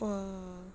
!wah!